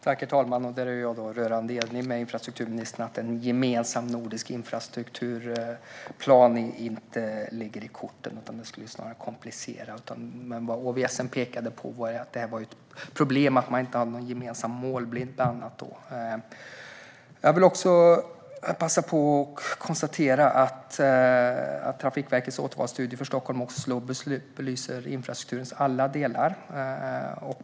Herr talman! Jag är rörande enig med infrastrukturministern om att en gemensam nordisk infrastrukturplan inte ligger i korten. En sådan skulle snarare komplicera. Men det som åtgärdsvalsstudien pekade på var att det var ett problem att man bland annat inte hade någon gemensam målbild. Jag vill också passa på att konstatera att Trafikverkets åtgärdsvalsstudie för Stockholm-Oslo belyser infrastrukturens alla delar.